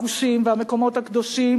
הגושים והמקומות הקדושים,